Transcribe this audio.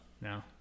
No